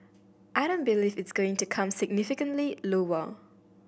I don't believe it's going to come significantly lower